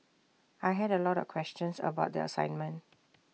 I had A lot of questions about the assignment